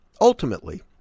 ultimately